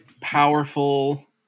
powerful